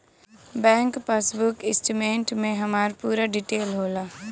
bank passbook statement में हमार पूरा डिटेल होला